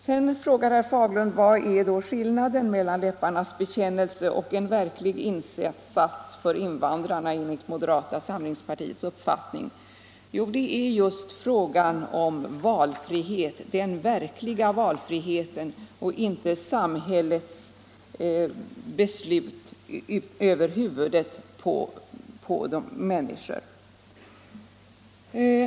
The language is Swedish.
Sedan frågar herr Fagerlund: Vad är då skillnaden mellan läpparnas bekännelse och en verklig insats för invandrarna enligt moderata samlingspartiets uppfattning? Jo, det är förekomsten av en verklig valfrihet, utan något inslag av samhällsbeslut över huvudet på människor.